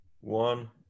one